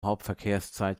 hauptverkehrszeit